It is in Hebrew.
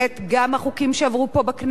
גם החוקים שעברו פה בכנסת,